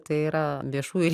tai yra viešųjų